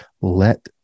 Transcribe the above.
let